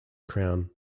crown